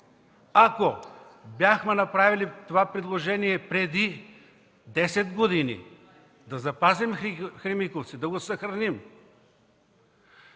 Ако бяхме направили това предложение преди 10 години – да запазим „Кремиковци”, да го съхраним,